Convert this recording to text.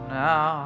now